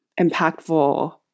impactful